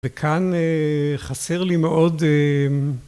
וכאן אה... חסר לי מאוד אה...